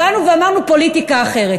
באנו ואמרנו: פוליטיקה אחרת.